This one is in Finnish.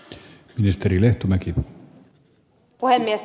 arvoisa puhemies